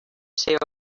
ser